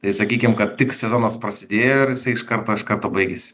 tai sakykime kad tik sezonas prasidėjo iš karto iš karto baigėsi